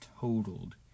totaled